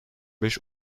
beş